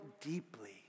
deeply